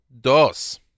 dos